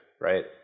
right